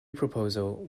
proposal